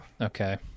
Okay